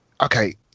okay